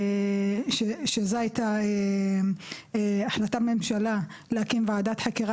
שזו הייתה החלטת ממשלה להקים ועדת חקירה